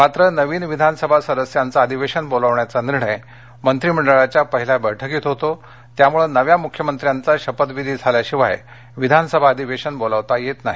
मात्र नवीन विधानसभा सदस्यांच अधिवेशन बोलावण्याचा निर्णय मंत्रीमंडळाच्या पहिल्या बरुक्कीत होतो त्यामुळे नव्या मुख्यमंत्र्यांचा शपथविधी झाल्याशिवाय विधानसभा अधिवेशन बोलावता येत नाही